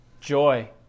joy